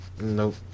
Nope